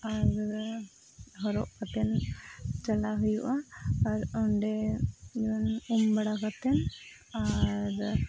ᱟᱨ ᱦᱚᱨᱚᱜ ᱠᱟᱛᱮᱫ ᱪᱟᱞᱟᱜ ᱦᱩᱭᱩᱜᱼᱟ ᱟᱨ ᱚᱸᱰᱮ ᱩᱢ ᱵᱟᱲᱟ ᱠᱟᱛᱮᱫ ᱟᱨ